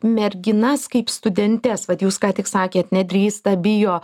merginas kaip studentes vat jūs ką tik sakėt nedrįsta bijo